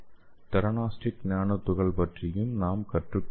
theranostic nano துகள்கள் பற்றியும் கற்றுக்கொண்டோம்